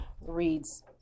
reads